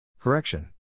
Correction